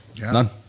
None